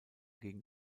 gegen